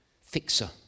fixer